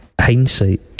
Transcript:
hindsight